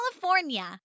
California